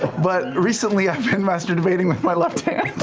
but recently i've been master debating with my left hand.